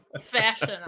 fashion